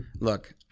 look